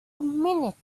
minutes